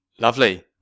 Lovely